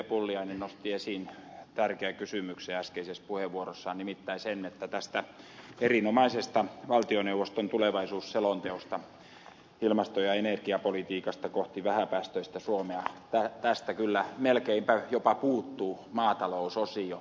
pulliainen nosti esiin tärkeän kysymyksen äskeisessä puheenvuorossaan nimittäin sen että tästä erinomaisesta valtioneuvoston tulevaisuusselonteosta ilmasto ja energiapolitiikasta kohti vähäpäästöistä suomea kyllä melkeinpä jopa puuttuu maatalousosio